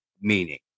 meaning